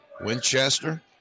Winchester